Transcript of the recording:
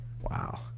Wow